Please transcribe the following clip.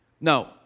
No